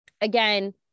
again